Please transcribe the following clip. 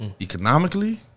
Economically